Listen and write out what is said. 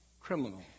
criminal